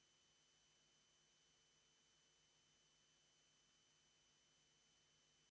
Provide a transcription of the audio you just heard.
Hvala.